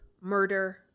murder